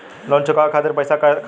Loan चुकावे खातिर पईसा खाता से कटी का?